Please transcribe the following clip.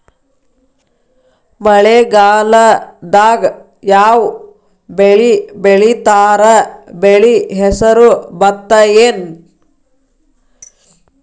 ಮಳೆಗಾಲದಾಗ್ ಯಾವ್ ಬೆಳಿ ಬೆಳಿತಾರ, ಬೆಳಿ ಹೆಸರು ಭತ್ತ ಏನ್?